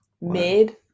Mid